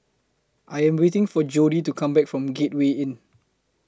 I Am waiting For Jody to Come Back from Gateway Inn